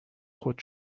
خود